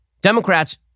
Democrats